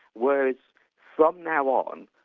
whereas from now on,